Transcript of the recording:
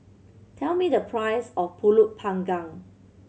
tell me the price of Pulut Panggang